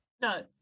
No